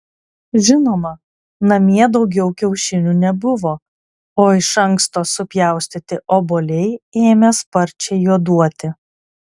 žinoma namie daugiau kiaušinių nebuvo o iš anksto supjaustyti obuoliai ėmė sparčiai juoduoti